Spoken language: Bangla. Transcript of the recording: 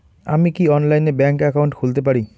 আমি কি অনলাইনে ব্যাংক একাউন্ট খুলতে পারি?